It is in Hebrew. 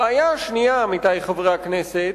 הבעיה השנייה, עמיתי חברי הכנסת,